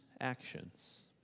actions